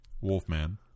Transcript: Wolfman